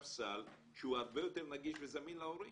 סל שהוא הרבה יותר נגיש וזמין להורים.